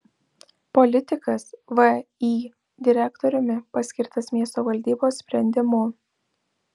politikas vį direktoriumi paskirtas miesto valdybos sprendimu